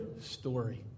story